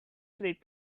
street